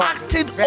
Acting